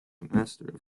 master